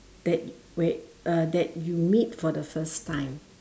that wait uh that you meet for the first time